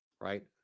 right